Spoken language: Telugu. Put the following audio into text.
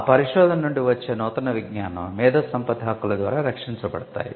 ఆ పరిశోధన నుండి వచ్చే నూతన విజ్ఞానం మేధో సంపత్తి హక్కుల ద్వారా రక్షించబడతాయి